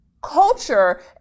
Culture